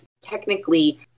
technically